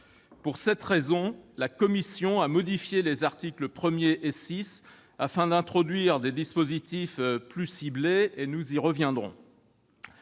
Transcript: Pour cette raison, la commission a modifié les articles 1 et 6 afin d'introduire des dispositifs plus ciblés- nous y reviendrons.